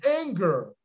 anger